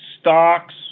Stocks